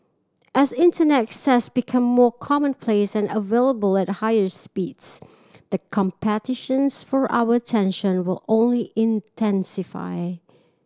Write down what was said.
as Internet access become more commonplace and available at higher speeds the competitions for our attention will only intensify